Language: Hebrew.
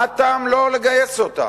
מה הטעם לא לגייס אותה?